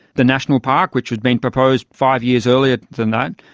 the national park which had been proposed five years earlier than that,